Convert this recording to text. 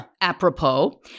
apropos